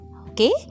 okay